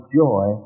joy